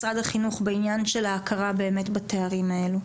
משרד החינוך, בעניין של ההכרה בתארים האלו.